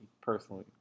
personally